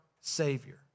Savior